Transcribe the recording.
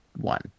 one